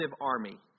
army